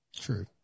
True